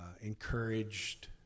encouraged